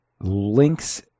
links